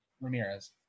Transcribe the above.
Ramirez